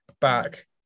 back